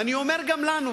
ואני אומר גם לנו,